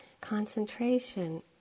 concentration